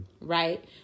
right